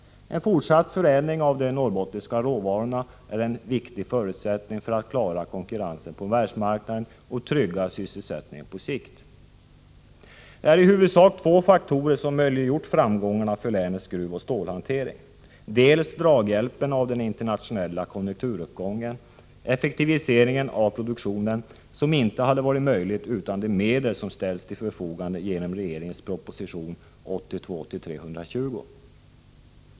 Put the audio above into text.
En fortsatt förädling av de norrbottniska råvarorna är en viktig förutsättning för att klara konkurrensen på världsmarknaden och trygga sysselsättningen på sikt. I huvudsak två faktorer har möjliggjort framgångarna för länets gruvoch stålhantering; dels draghjälpen av den internationella konjunkturuppgången, dels den effektivisering av produktionen som inte varit möjlig utan de medel som ställdes till förfogande genom regeringens proposition 1982/ 83:120.